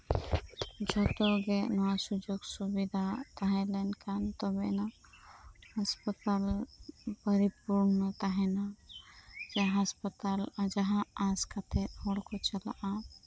ᱡᱚᱛᱚᱜᱮ ᱱᱚᱣᱟ ᱥᱩᱡᱚᱜ ᱥᱩᱵᱤᱫᱷᱟ ᱛᱟᱦᱮᱸ ᱞᱮᱱᱠᱷᱟᱱ ᱛᱚᱵᱮ ᱮᱱᱟᱜ ᱦᱟᱸᱥᱯᱟᱛᱟᱞ ᱯᱚᱨᱤ ᱯᱩᱨᱱᱚ ᱛᱟᱦᱮᱱᱟ ᱥᱮ ᱦᱟᱸᱥᱯᱟᱛᱟᱞ ᱡᱟᱦᱟᱸ ᱟᱥᱠᱟᱛᱮᱜ ᱦᱚᱲᱠᱚᱠᱚ ᱪᱟᱞᱟᱜ ᱟ